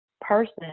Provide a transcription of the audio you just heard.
person